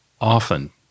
often